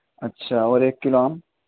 اچھا اور ایک کلو آم